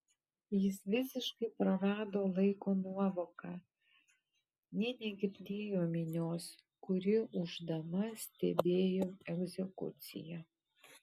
jis visiškai prarado laiko nuovoką nė negirdėjo minios kuri ūždama stebėjo egzekuciją